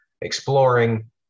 exploring